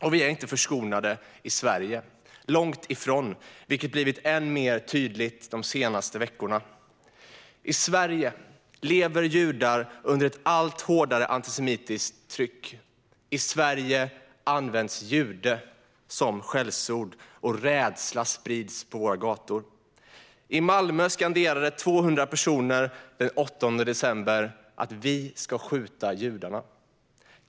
Och vi är långt ifrån förskonade i Sverige, vilket blivit än mer tydligt de senaste veckorna. I Sverige lever judar under ett allt hårdare antisemitiskt tryck. I Sverige används "jude" som skällsord, och rädsla sprids på våra gator. I Malmö skanderade 200 personer den 8 december att "vi ska skjuta judarna".